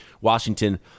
Washington